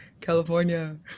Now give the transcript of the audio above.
California